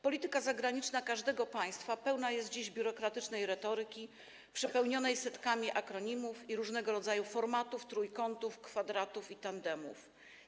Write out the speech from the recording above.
Polityka zagraniczna każdego państwa pełna jest dziś biurokratycznej retoryki przepełnionej setkami akronimów i różnego rodzaju formatów, trójkątów, kwadratów i tandemów.